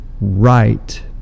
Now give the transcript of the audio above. right